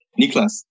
Niklas